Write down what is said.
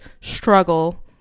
struggle